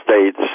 states